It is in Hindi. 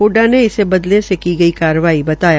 हडडा ने इसे बदले से की गई कार्रवाई बताया